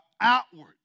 outward